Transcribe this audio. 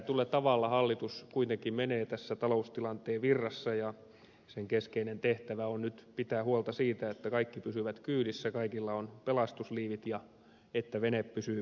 määrätyllä tavalla hallitus kuitenkin menee tässä taloustilanteen virrassa ja sen keskeinen tehtävä on nyt pitää huolta siitä että kaikki pysyvät kyydissä kaikilla on pelastusliivit ja että vene pysyy pinnalla